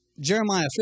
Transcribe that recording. Jeremiah